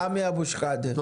סמי אבו שחאדה, בבקשה.